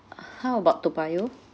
how about toa payoh